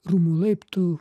rūmų laiptų